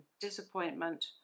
disappointment